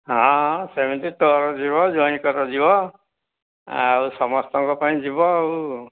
ହଁ ହଁ ସେମିତି ତୋର ଯିବ ଜ୍ୱାଇଁଙ୍କର ଯିବ ଆଉ ସମସ୍ତଙ୍କ ପାଇଁ ଯିବ ଆଉ